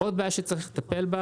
עוד בעיה שצריך לטפל בה